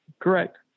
Correct